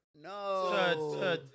No